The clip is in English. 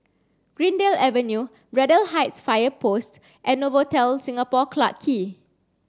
Greendale Avenue Braddell Heights Fire Post and Novotel Singapore Clarke Quay